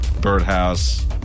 Birdhouse